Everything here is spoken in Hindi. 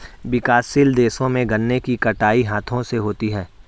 विकासशील देशों में गन्ने की कटाई हाथों से होती है